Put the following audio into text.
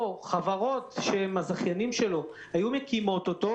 או חברות שהן הזכייניות שלו היו מקימות אותו,